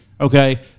Okay